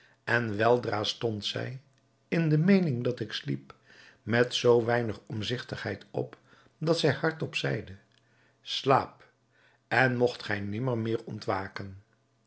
en weldra stond zij in de meening dat ik sliep met zoo weinig omzigtigheid op dat zij hardop zeide slaap en mogt gij nimmer meer